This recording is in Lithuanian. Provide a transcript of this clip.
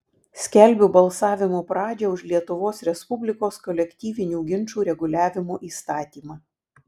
skelbiu balsavimo pradžią už lietuvos respublikos kolektyvinių ginčų reguliavimo įstatymą